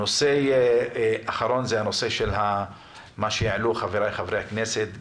הנושא האחרון שהעלו חברי הכנסת,